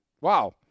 wow